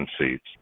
seats